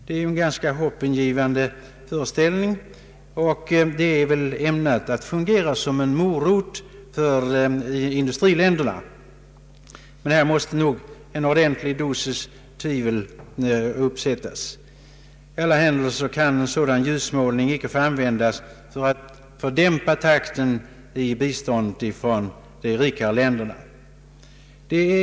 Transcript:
Det är en hoppingivande föreställning, som väl är ämnad att fungera som morot för industriländerna. Men här måste nog en ordentlig dosis tvivel tillsättas. I alla händelser kan en sådan ljusmålning icke få användas för att dämpa takten i biståndet ifrån de rika länderna.